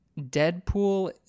deadpool